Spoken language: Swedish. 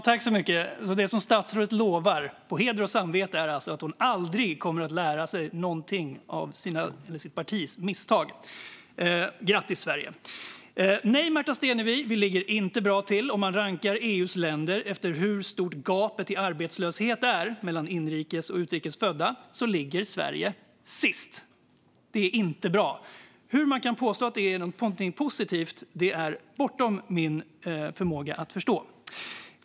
Fru talman! Det som statsrådet lovar, på heder och samvete, är alltså att hon aldrig kommer att lära sig någonting av sitt partis misstag. Grattis, Sverige! Nej, Märta Stenevi, vi ligger inte bra till om vi rankar EU:s länder efter hur stort gapet i arbetslöshet är mellan inrikes och utrikes födda. Då ligger Sverige sist. Det är inte bra. Hur man kan påstå att det är något positivt är bortom min förmåga att förstå.